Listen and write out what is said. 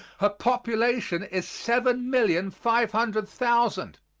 her population is seven million five hundred thousand,